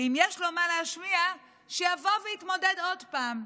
ואם יש לו מה להשמיע, שיבוא ויתמודד עוד פעם.